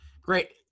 Great